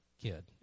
kid